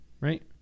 right